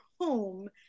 home